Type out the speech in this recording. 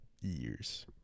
years